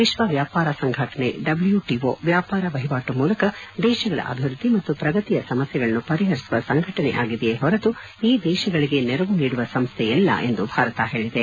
ವಿಶ್ವ ವ್ಯಾಪಾರ ಸಂಘಟನೆ ಡಬ್ಲ್ಯೂಟಿಒ ವ್ಯಾಪಾರ ವಹಿವಾಟು ಮೂಲಕ ದೇಶಗಳ ಅಭಿವೃದ್ಧಿ ಮತ್ತು ಪ್ರಗತಿಯ ಸಮಸ್ಟೆಗಳನ್ನು ಪರಿಹರಿಸುವ ಸಂಘಟನೆಯಾಗಿದೆಯೇ ಹೊರತು ಈ ದೇಶಗಳಿಗೆ ನೆರವು ನೀಡುವ ಸಂಸ್ಟೆಯಲ್ಲ ಎಂದು ಭಾರತ ಹೇಳಿದೆ